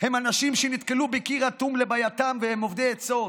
הם אנשים שנתקלו בקיר אטום לבעייתם והם אובדי עצות.